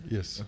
Yes